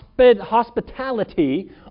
hospitality